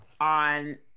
on